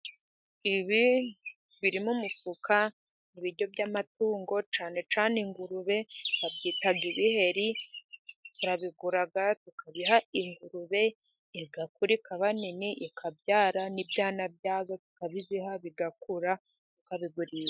Ibi ,biri mu mufuka ni ibiryo by'amatungo cyane cyane ingurube, babyita ibiheri ,turabigura ,tukabiha ingurube, igakura ikaba nini, ikabyara n'ibyana byazo tukazibiha ,bigakura tukabigurisha.